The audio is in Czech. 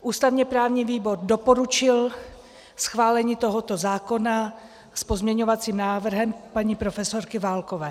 Ústavněprávní výbor doporučil schválení tohoto zákona s pozměňovacím návrhem paní profesorky Válkové.